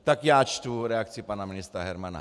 Tak já čtu reakci pana ministra Hermana.